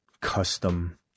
custom